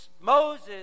Moses